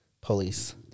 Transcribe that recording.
Police